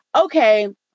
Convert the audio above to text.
okay